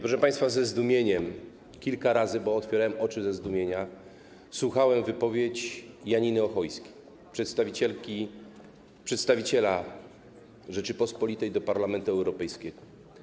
Proszę państwa, ze zdumieniem kilka razy, bo otwierałem oczy ze zdumienia, słuchałem wypowiedzi Janiny Ochojskiej, przedstawicielki, przedstawiciela Rzeczypospolitej do Parlamentu Europejskiego.